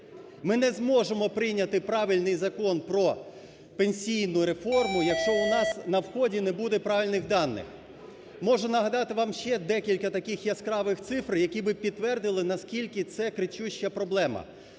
Ми не зможемо прийняти правильний Закон про пенсійну реформу, якщо у нас на вході не буде правильних даних. Можу нагадати вам ще декілька таких яскравих цифр, які б підтвердили наскільки це кричуща проблема.